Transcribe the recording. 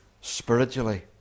spiritually